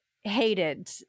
hated